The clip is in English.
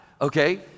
okay